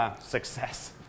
Success